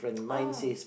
oh